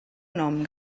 nom